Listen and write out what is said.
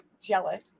jealous